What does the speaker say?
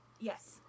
yes